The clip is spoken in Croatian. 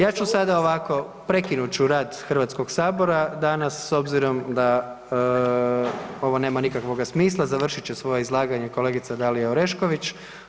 Ja ću sada ovako prekinut ću rad Hrvatskog sabora danas s obzirom da ovo nema nikakvoga smisla, završit će svoje izlaganje kolegica Dalija Orešković.